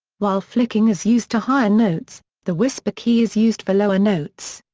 while flicking is used to higher notes, the whisper key is used for lower notes.